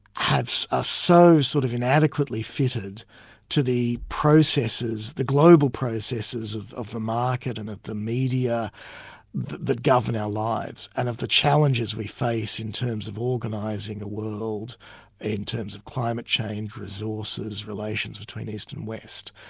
have so ah so sort of inadequately fitted to the processes, the global processes of of the market and of the media that govern our lives, and of the challenges we face in terms of organising the ah world in terms of climate change, resources, relations between east and west,